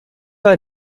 are